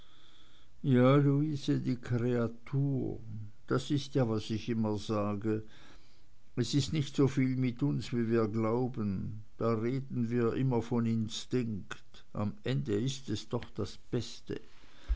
ja luise die kreatur das ist ja was ich immer sage es ist nicht so viel mit uns wie wir glauben da reden wir immer von instinkt am ende ist es doch das beste